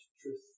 truth